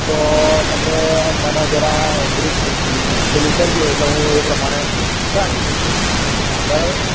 તો તમે મને જરાક પેલી કરજો એટલે હું એ પ્રમાણે રાખી મુકે બરાબર